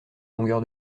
longueur